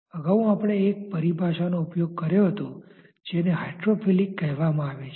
અગાઉ આપણે એક પરિભાષાનો ઉપયોગ કર્યો હતો જેને હાઇડ્રોફિલિક કહેવામાં આવે છે